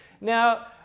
Now